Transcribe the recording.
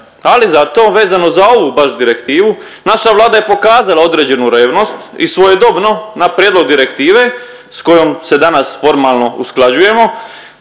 ali zato vezano za ovu baš direktivu, naša Vlada je pokazala određenu revnost i svojedobno na prijedlog direktive s kojom se danas formalno usklađujemo,